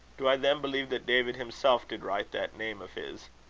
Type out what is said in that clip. do i then believe that david himself did write that name of his?